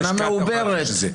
שנה מעוברת.